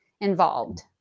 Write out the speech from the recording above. involved